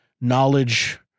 knowledge